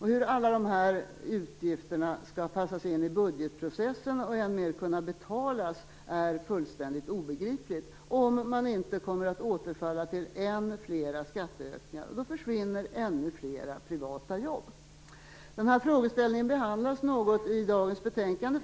Hur alla dessa utgifter skall passa in i budgetprocessen och, än mer, hur de skall kunna betalas är fullständigt obegripligt - om man inte kommer att återfalla till än fler skatteökningar så att ännu fler privata jobb försvinner. Denna frågeställning behandlas något i dagens betänkande.